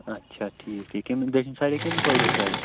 اچھا ٹھیٖک ٹھیٖک کَمۍ دٔچھنہٕ سایڈٕ ہہ کِنہٕ کھوورِ سایڈٕ